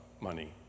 money